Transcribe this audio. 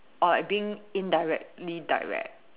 or like being indirectly direct